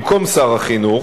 במקום שר החינוך,